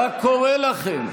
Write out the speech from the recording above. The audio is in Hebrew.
מה קורה לכם?